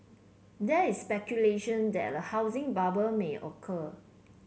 there is speculation that a housing bubble may occur